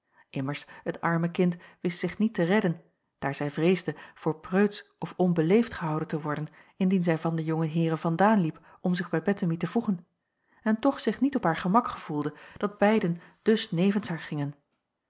immers het arme kind wist zich niet te redden daar zij vreesde voor preutsch of onbeleefd gehouden te worden indien zij van de jonge heeren vandaan liep om zich bij bettemie te voegen en toch zich niet op haar gemak gevoelde dat beiden dus nevens haar gingen